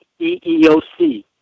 EEOC